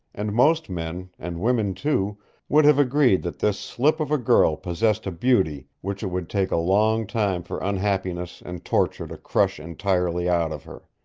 and most men and women, too would have agreed that this slip of a girl possessed a beauty which it would take a long time for unhappiness and torture to crush entirely out of her.